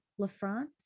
LaFrance